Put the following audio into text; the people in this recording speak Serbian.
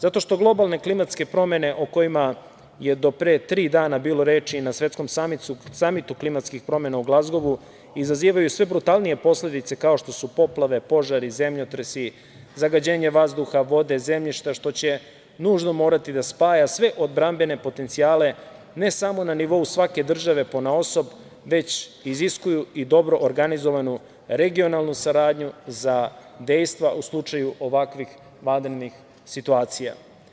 Zato što globalne klimatske promene o kojima je do pre tri dana bilo reči o svetskom samitu o klimatskim promenama u Glazgovu izazivaju sve brutalnije posledice, kao što su poplave, požari, zemljotresi, zagađenje vazduha, vode, zemljišta, što će nužno morati da spaja sve odbrambene potencijale, ne samo na nivou svake države ponaosob, već iziskuju i dobro organizovanu regionalnu saradnju za dejstva u slučaju ovakvih vanrednih situacija.